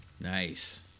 Nice